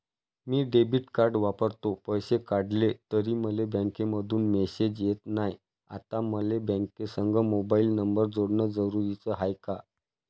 मी debit card वापरतो, पैसे काढले तरी मले बँकेमंधून मेसेज येत नाय, आता मले बँकेसंग मोबाईल नंबर जोडन जरुरीच हाय का?